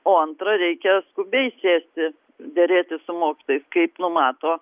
o antra reikia skubiai sėsti derėtis su mokytojais kaip numato